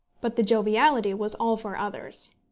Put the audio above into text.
but the joviality was all for others.